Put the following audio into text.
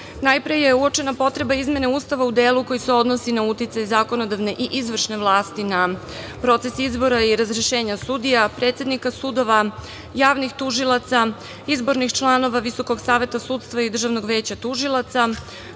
Najpre je uočena potreba izmene Ustava u delu koji se odnosi na uticaj zakonodavne i izvršne vlasti na proces izbora i razrešenja sudija, predsednika sudova, javnih tužilaca, izbornih članova VSS i Državnog veća tužilaca,